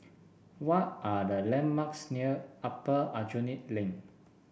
what are the landmarks near Upper Aljunied Link